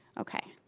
okay.